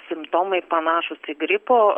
simptomai panašūs į gripo